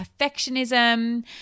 perfectionism